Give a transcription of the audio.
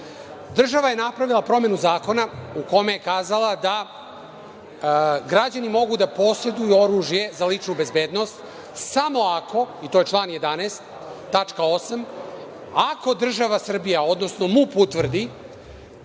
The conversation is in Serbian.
Država je napravila promenu zakonu u kojoj je kazala da građani mogu da poseduju oružje za ličnu bezbednost samo ako, i to je član 11. tačka 8), država Srbija, odnosno MUP utvrdi